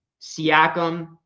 Siakam